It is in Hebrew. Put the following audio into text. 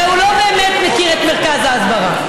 הרי הוא לא באמת מכיר את מרכז ההסברה,